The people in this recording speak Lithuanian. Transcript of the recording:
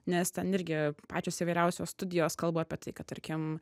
nes ten irgi pačios įvairiausios studijos kalbu apie tai ką tarkim